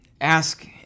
Ask